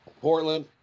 Portland